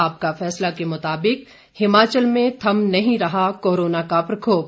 आपका फैसला के मुताबिक हिमाचल में थम नहीं रहा कोरोना का प्रकोप